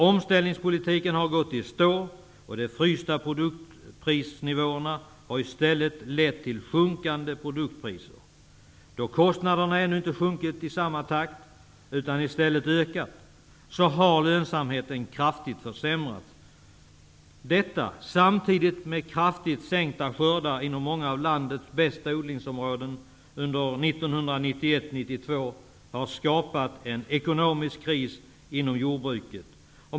Omställningspolitiken har gått i stå, och de frysta produktprisnivåerna har i stället lett till sjunkande produktpriser. Då kostnaderna ännu inte sjunkit i samma takt utan i stället ökat, har lönsamheten kraftigt försämrats. Detta har, samtidigt som kraftigt minskade skördar inom många av landets bästa odlingsområden under 1991/92, skapat en ekonomisk kris inom jordbruket.